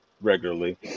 regularly